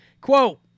Quote